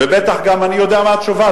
בטח אני גם יודע מה התשובה,